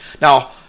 Now